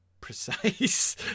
precise